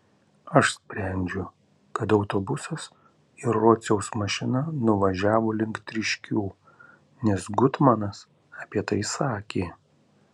aš sprendžiu kad autobusas ir rociaus mašina nuvažiavo link tryškių nes gutmanas apie tai sakė